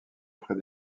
près